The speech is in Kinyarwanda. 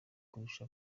kurusha